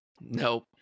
Nope